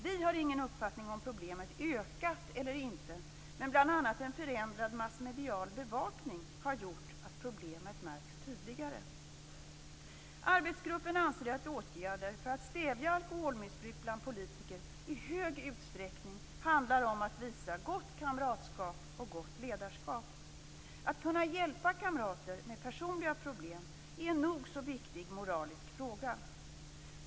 Vi har ingen uppfattning om problemet ökat eller inte, men bl.a. en förändrad massmedial bevakning har gjort att problemet märks tydligare. Arbetsgruppen anser att åtgärder för att stävja alkoholmissbruk bland politiker i stor utsträckning handlar om att visa gott kamratskap och gott ledarskap. Att kunna hjälpa kamrater med personliga problem är en nog så viktig moralisk fråga.